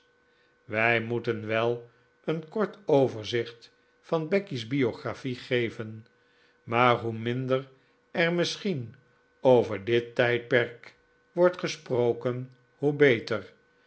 wij moeten wel een kort overzicht van becky's biographie geven maar hoe minder er misschien over dit tijdperk wordt gesproken hoe beter